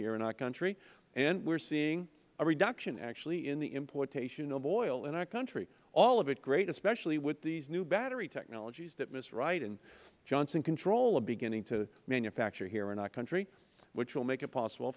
here in our country and we are seeing a reduction actually in the importation of oil in our country all of it great especially with these new battery technologies that ms wright and johnson control are beginning to manufacture here in our country which will make it possible